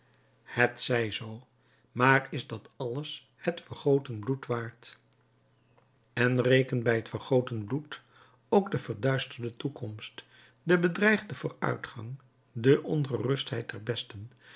het zij zoo maar is dat alles het vergoten bloed waard en reken bij het vergoten bloed ook de verduisterde toekomst den bedreigden vooruitgang de ongerustheid der besten